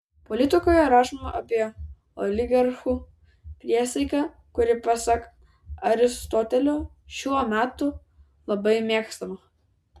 politikoje rašoma apie oligarchų priesaiką kuri pasak aristotelio šiuo metu labai mėgstama